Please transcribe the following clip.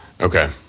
Okay